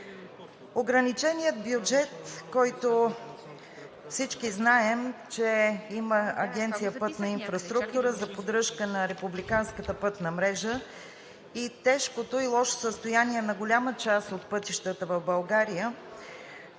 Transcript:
Ограниченият бюджет, който всички знаем, че има Агенция „Пътна инфраструктура“ за поддръжка на републиканската пътна мрежа и тежкото и лошо състояние на голяма част от пътищата в България,